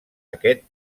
aquest